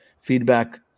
feedback